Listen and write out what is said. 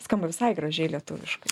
skamba visai gražiai lietuviškai